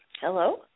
Hello